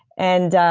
and